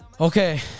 Okay